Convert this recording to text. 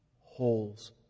holes